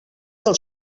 del